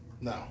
No